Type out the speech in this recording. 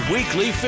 Weekly